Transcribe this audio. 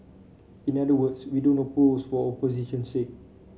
in other words we don't oppose for opposition's sake